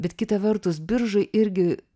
bet kita vertus biržai irgi